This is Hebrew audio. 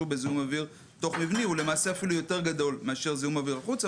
בזיהום אוויר תוך מבני הוא למעשה אפילו יותר גדול מאשר זיהום האוויר בחוץ.